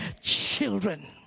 children